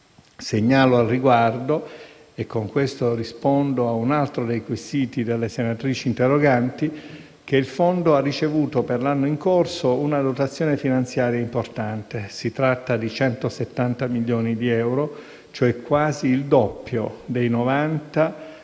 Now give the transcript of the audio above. Segnalo al riguardo - e con questo rispondo a un altro dei quesiti delle senatrici interroganti - che il fondo ha ricevuto per l'anno in corso una dotazione finanziaria importante: si tratta di 170 milioni di euro (cioè quasi il doppio dei 90 milioni